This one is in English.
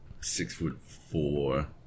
six-foot-four